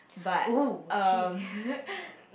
oh tea